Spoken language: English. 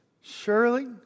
surely